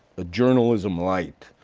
a journalism light,